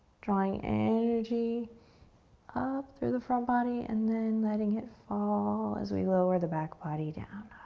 drawing energy up through the front body, and then letting it fall as we lower the back body down.